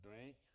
drink